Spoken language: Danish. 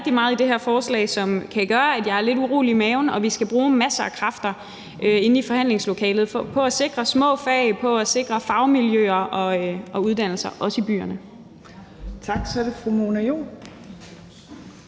der er rigtig meget i det her forslag, som kan gøre, at jeg er lidt urolig i maven, og vi skal bruge masser af kræfter inde i forhandlingslokalet på at sikre små fag og på at sikre fagmiljøer og uddannelser, også i byerne.